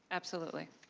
absolutely.